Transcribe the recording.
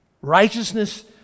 Righteousness